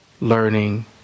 learning